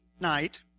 night